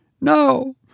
No